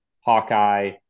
Hawkeye